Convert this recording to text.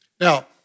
Now